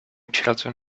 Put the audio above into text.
children